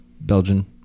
Belgian